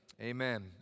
Amen